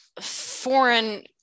foreign